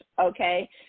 okay